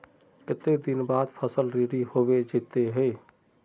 केते दिन बाद फसल रेडी होबे जयते है?